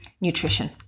nutrition